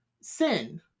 sin